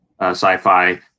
sci-fi